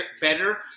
better